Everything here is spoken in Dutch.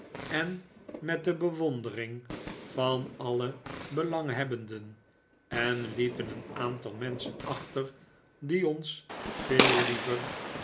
en met de bewondering van alle belanghebbenden en lieten een aantal menschen achter die ons veel liever